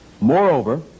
Moreover